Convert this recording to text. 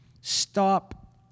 Stop